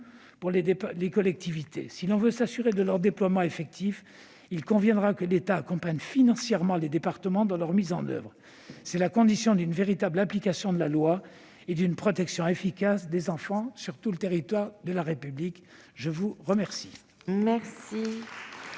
pour les collectivités. Si l'on veut s'assurer de leur mise en oeuvre effective, il conviendra que l'État accompagne financièrement les départements. C'est la condition d'une véritable application de la loi et d'une protection efficace des enfants sur tout le territoire de la République. La parole